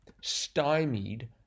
stymied